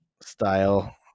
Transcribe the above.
style